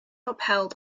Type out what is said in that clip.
upheld